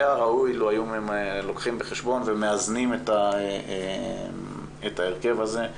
היה ראוי לו היו לוקחים בחשבון ומאזנים את ההרכב הזה.